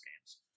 games